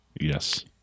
Yes